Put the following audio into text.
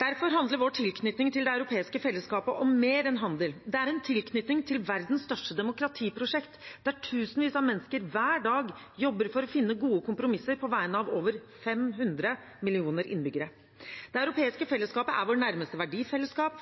Derfor handler vår tilknytning til det europeiske fellesskapet om mer enn handel. Det er en tilknytning til verdens største demokratiprosjekt, der tusenvis av mennesker hver dag jobber for å finne gode kompromisser på vegne av over 500 millioner innbyggere. Det europeiske fellesskapet er vårt nærmeste verdifellesskap.